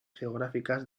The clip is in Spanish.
geográficas